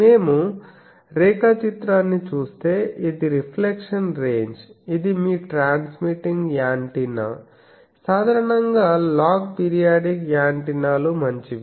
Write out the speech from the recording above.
మేము రేఖాచిత్రాన్ని చూస్తే ఇది రిఫ్లెక్షన్ రేంజ్ఇది మీ ట్రాన్స్మీటింగ్ యాంటెన్నా సాధారణంగా లాగ్ పీరియాడిక్ యాంటెనాలు మంచివి